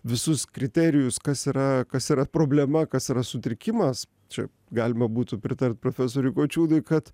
visus kriterijus kas yra kas yra problema kas yra sutrikimas čia galima būtų pritart profesoriui kočiūnui kad